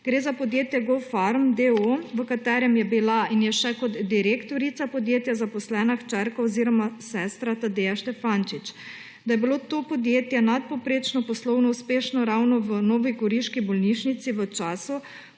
Gre za podjetje Gopharm, d. o. o., v katerem je bila in je še kot direktorica podjetja zaposlena hčerka oziroma sestra Tadeja Štefančič. Da je bilo to podjetje nadpovprečno poslovno uspešno ravno v novogoriški bolnišnici v času,